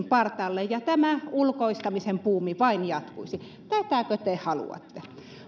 partaalle ja tämä ulkoistamisen buumi vain jatkuisi tätäkö te haluatte